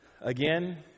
Again